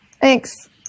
Thanks